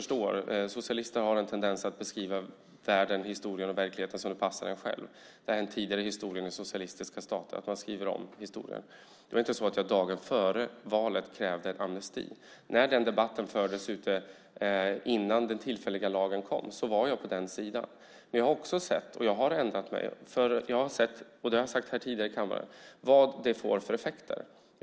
Socialister har en tendens att beskriva världen, historien och verkligheten som det passar dem själva, vilket jag förstår. Den tidigare historien i socialistiska stater innebar att man just skrev om historien. Det var inte så att jag dagen före valet krävde en amnesti. När den debatten fördes, innan den tillfälliga lagen kom, stod jag på den sidan. Men jag har ändrat mig för jag har sett, detta har jag sagt tidigare i kammaren, vilka effekter det får.